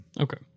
Okay